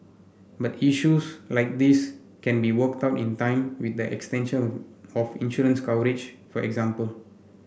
but issues like these can be worked out in time with the extension of of insurance coverage for example